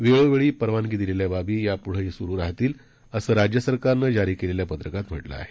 वेळोवेळी परवानगी दिलेल्या बाबी यापुढंही सुरू राहतील असं राज्य सरकारनं जारी केलेल्या पत्रकात म्हटलं आहे